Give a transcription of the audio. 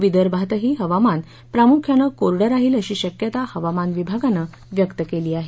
विदर्भातही हवामान प्रामुख्यानं कोरडं राहिल अशी शक्यता हवामान विभागानं व्यक्त केली आहे